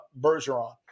Bergeron